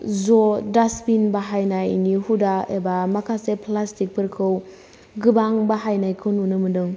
ज' डास्टबिन बाहायनायनि हुदा एबा माखासे प्लास्टिकफोरखौ गोबां बाहायनायखौ नुनो मोनदों